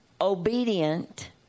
obedient